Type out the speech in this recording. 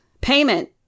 Payment